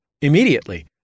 immediately